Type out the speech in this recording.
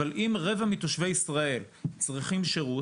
אבל אם רבע מתושבי ישראל צריכים שירות